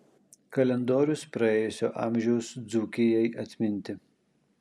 kalendorius praėjusio amžiaus dzūkijai atminti